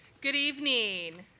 good evening.